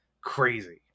crazy